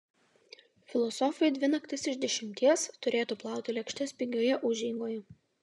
filosofai dvi naktis iš dešimties turėtų plauti lėkštes pigioje užeigoje